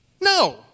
No